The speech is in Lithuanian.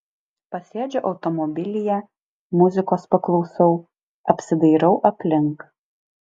pasėdžiu automobilyje muzikos paklausau apsidairau aplink